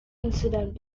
incident